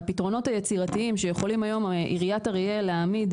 הפתרונות היצירתיים שיכולים היום עיריית אריאל להעמיד,